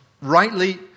rightly